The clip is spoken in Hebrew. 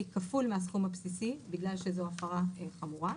כפול מהסכום הבסיסי בגלל שזו הפרה חמורה.